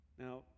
Now